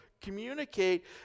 communicate